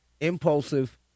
impulsive